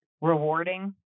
rewarding